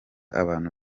abantu